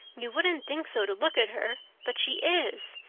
you wouldn't think so to look at her, but she is.